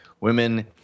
Women